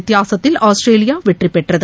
வித்தியாசத்தில் ஆஸ்திரேலியா வெற்றி பெற்றது